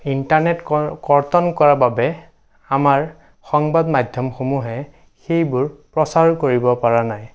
internet ক কৰ্তন কৰাৰ বাবে আমাৰ সংবাদ মাধ্যমসমূহে সেইবোৰ প্ৰচাৰ কৰিব পৰা নাই